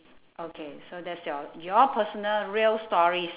okay so that's your your personal real stories